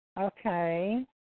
Okay